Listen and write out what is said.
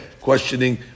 questioning